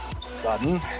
sudden